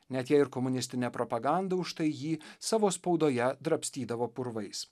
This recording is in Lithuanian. net jei ir komunistinė propaganda už tai jį savo spaudoje drabstydavo purvais